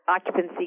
occupancy